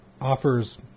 offers